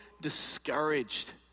discouraged